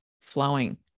flowing